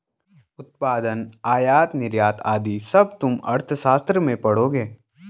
उत्पादन, आयात निर्यात आदि सब तुम अर्थशास्त्र में पढ़ोगे